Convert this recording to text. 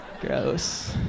gross